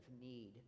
need